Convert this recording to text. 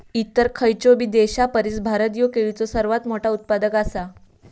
इतर खयचोबी देशापरिस भारत ह्यो केळीचो सर्वात मोठा उत्पादक आसा